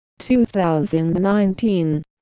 2019